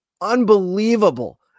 Unbelievable